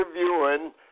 interviewing